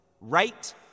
right